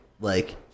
like-